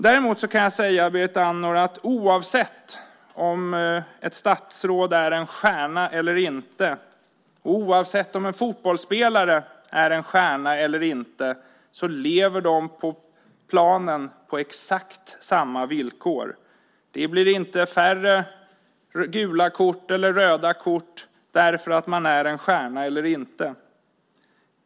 Däremot kan jag säga, Berit Andnor, att oavsett om ett statsråd är en stjärna eller inte, och oavsett om en fotbollsspelare är en stjärna eller inte, lever de på planen på exakt samma villkor. Det blir inte färre gula kort eller röda kort beroende på om man är en stjärna eller inte.